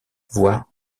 voire